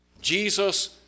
Jesus